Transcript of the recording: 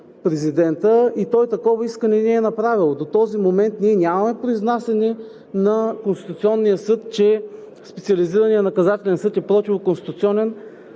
и той такова искане не е направил. До този момент ние нямаме произнасяне на Конституционния съд, че Специализираният наказателен съд е противоконституционен